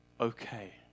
okay